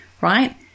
right